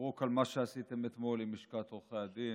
מברוכ על מה שעשיתם אתמול עם לשכת עורכי הדין,